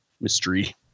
mystery